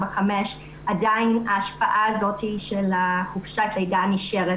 עדיין ההשפעה הזאת של חופשת הלידה נשארת.